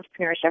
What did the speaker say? entrepreneurship